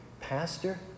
Pastor